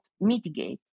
mitigate